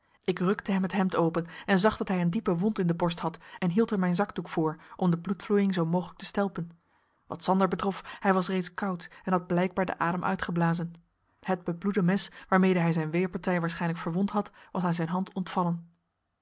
ik rukte hem het hemd open zag dat hij een diepe wond in de borst had en hield er mijn zakdoek voor om de bloedvloeiing zoo mogelijk te stelpen wat sander betrof hij was reeds koud en had blijkbaar den adem uitgeblazen het bebloede mes waarmede hij zijne weerpartij waarschijnlijk verwond had was aan zijn hand ontvallen